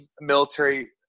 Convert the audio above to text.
military